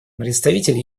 представитель